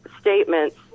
statements